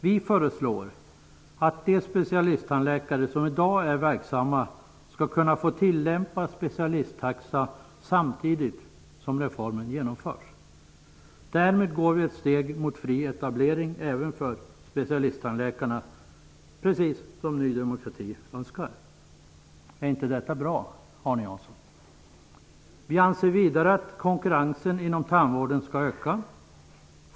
Vi föreslår att de specialisttandläkare som i dag är verksamma skall kunna få tillämpa specialisttaxa samtidigt som reformen genomförs. Därmed går vi ett steg mot fri etablering även för specialisttandläkarna, precis som Ny demokrati önskar. Är inte detta bra, Arne Vi anser vidare att konkurrensen inom tandvården skall öka.